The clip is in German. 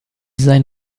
sein